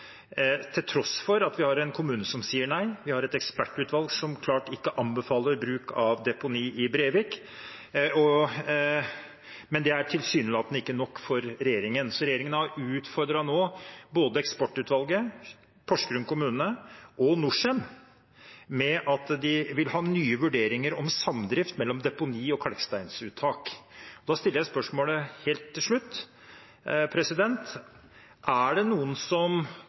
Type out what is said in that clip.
til tross for at vi har en kommune som sier nei, og vi har et ekspertutvalg som klart ikke anbefaler bruk av deponi i Brevik. Det er tilsynelatende ikke nok for regjeringen, så regjeringen har nå utfordret både ekspertutvalget, Porsgrunn kommune og Norcem med at de vil ha nye vurderinger om samdrift mellom deponi og kalksteinsuttak. Da stiller jeg spørsmålet helt til slutt: Er det noen som